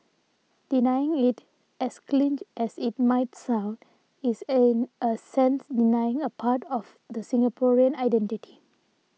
denying it as cliche as it might sound is in a sense denying a part of the Singaporean identity